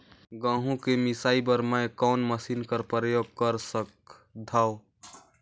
गहूं के मिसाई बर मै कोन मशीन कर प्रयोग कर सकधव?